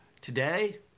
Today